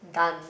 done